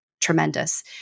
tremendous